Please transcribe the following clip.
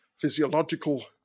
physiological